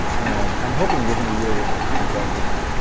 and i'm hoping within a year we'll have results of that.